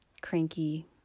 cranky